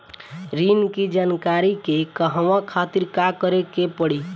ऋण की जानकारी के कहवा खातिर का करे के पड़ी?